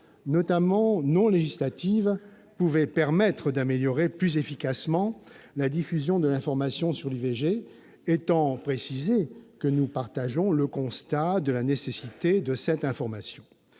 notamment non législatives, pouvaient permettre d'améliorer plus efficacement la diffusion de l'information sur l'IVG, étant précisé que nous souscrivons au constat sur la nécessité de cette information.